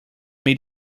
may